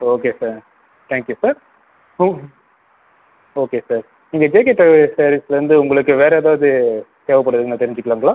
சரி okay sir thank you sir okay sir எங்கள் JK travels சர்வீஸ்லேந்து உங்களுக்கு வேற ஏதாவது தேவைப்படுதுங்களா தெரிஞ்சுக்கலாங்களா